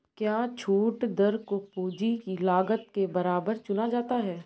क्या छूट दर को पूंजी की लागत के बराबर चुना जाता है?